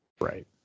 right